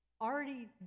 already